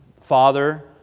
Father